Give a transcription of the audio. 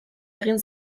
egin